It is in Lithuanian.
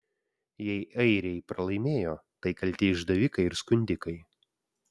jei airiai pralaimėjo tai kalti išdavikai ir skundikai